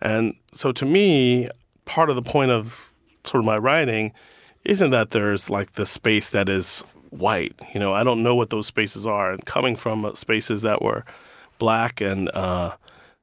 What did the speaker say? and so to me part of the point of sort of my writing isn't that there's, like, this space that is white. you know, i don't know what those spaces are. and coming from spaces that were black and ah